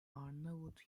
arnavut